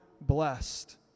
blessed